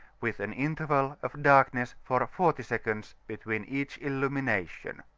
with an interval of darkness for forty seconds between each illumination.